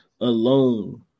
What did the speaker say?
Alone